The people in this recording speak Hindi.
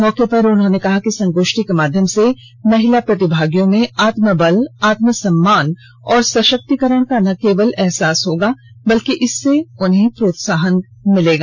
मौके पर उन्होंने कहा कि संगोष्ठी के माध्यम से महिला प्रतिभागियों में आत्मबल आत्मसम्मान और सशक्तीकरण का न केवल अहसास होगा बल्कि इससे और प्रोत्साहन प्राप्त होगा